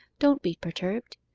don't be perturbed.